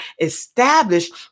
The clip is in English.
established